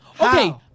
Okay